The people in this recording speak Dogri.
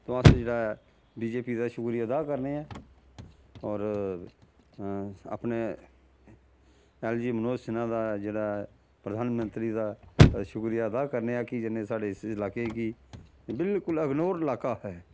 तो अस जेह्ड़ा ऐ बी जे पी दा शुक्रिया अदा करने आं होर अपने ऐल्ल जी मनोज सिन्हा दा जेह्ड़ा ऐ प्रधानमंत्री दा शुक्रिया अदा करने आं कि जि'नें साढ़े इस इलाके गी बिलकुल इग्नोर इलाका हा एह्